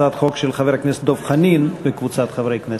הצעת חוק של חבר הכנסת דב חנין וקבוצת חברי הכנסת.